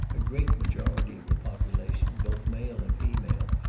a great majority of the population, both male and female,